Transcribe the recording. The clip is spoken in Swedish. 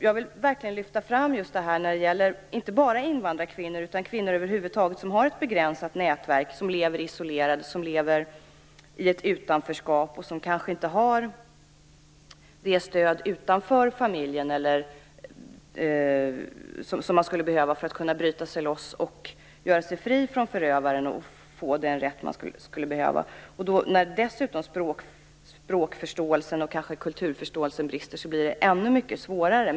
Jag vill verkligen lyfta fram detta när det gäller inte bara invandrarkvinnor utan kvinnor över huvud taget som har ett begränsat nätverk, som lever isolerade, i ett utanförskap och som kanske inte har det stöd utanför familjen som de skulle behöva för att kunna bryta sig loss och göra sig fri från förövaren och få den rätt som de behöver. Då dessutom språkförståelsen och kulturförståelsen brister blir det ännu mycket svårare.